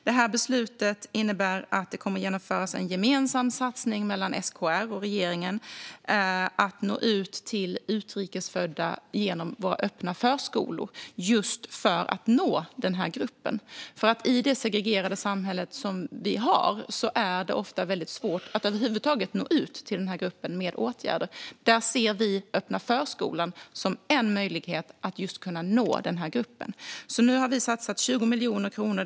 Detta beslut innebär att det kommer att genomföras en gemensam satsning av SKR och regeringen för att genom våra öppna förskolor nå ut till denna grupp. I det segregerade samhälle som vi har är det nämligen ofta väldigt svårt att över huvud taget nå ut till denna grupp med åtgärder. Vi ser öppna förskolan som en möjlighet att nå denna grupp. Därför har vi nu satsat 20 miljoner kronor.